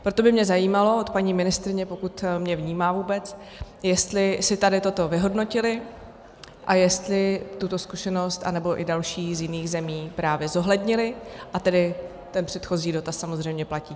Proto by mě zajímalo od paní ministryně, pokud mě vnímá vůbec, jestli si tady toto vyhodnotili a jestli tuto zkušenost anebo i další, z jiných zemí, právě zohlednili, a tedy ten předchozí rok tak samozřejmě platí.